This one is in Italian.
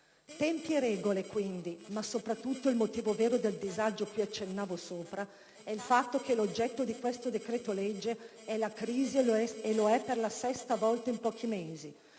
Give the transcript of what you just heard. Tempi e regole, quindi, ma soprattutto il motivo vero del disagio cui accennavo è il fatto che l'oggetto di questo decreto-legge è la crisi e lo è per la sesta volta in pochi mesi;